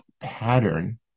pattern